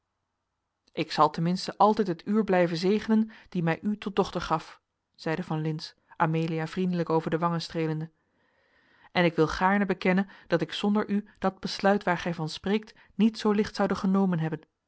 ik zal ten minste altijd het uur blijven zegenen dat mij u tot dochter gaf zeide van lintz amelia vriendelijk over de wangen streelende en ik wil gaarne bekennen dat ik zonder u dat besluit waar gij van spreekt niet zoo licht zoude genomen hebben